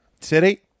City